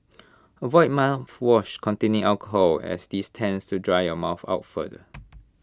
avoid mouthwash containing alcohol as this tends to dry your mouth out further